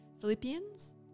Philippians